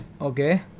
okay